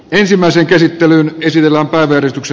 ensimmäisen käsittelyn esitellä äänestänyt